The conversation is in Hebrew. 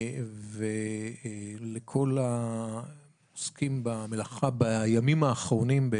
ולכל העוסקים במלאכה בימים האחרונים,